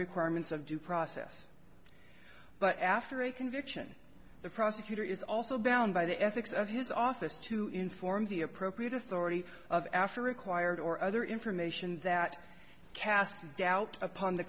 requirements of due process but after a conviction the prosecutor is also bound by the ethics of his office to inform the appropriate authority of after required or other information that cast doubt upon the